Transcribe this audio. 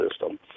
system